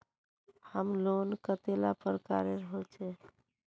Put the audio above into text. Home loan कतेला प्रकारेर होचे?